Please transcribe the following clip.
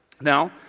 Now